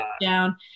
down